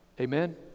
amen